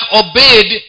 obeyed